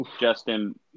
Justin